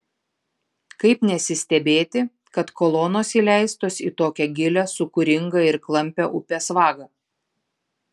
kaip nesistebėti kad kolonos įleistos į tokią gilią sūkuringą ir klampią upės vagą